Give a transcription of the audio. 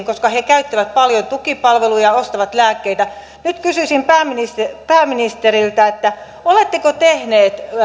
koska ne käyttävät paljon tukipalveluja ostavat lääkkeitä nyt kysyisin pääministeriltä pääministeriltä oletteko tehneet